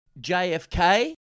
JFK